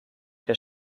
der